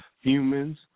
humans